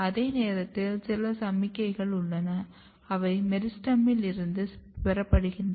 அதே நேரத்தில் சில சமிக்ஞைகள் உள்ளன அவை மெரிஸ்டெமில் இருந்து பெறப்படுகின்றன